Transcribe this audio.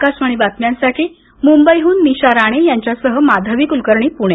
आकाशवाणी बातम्यांसाठी मुंबईहून निशा राणे यांच्यासह माधवी कुलकर्णी पुणे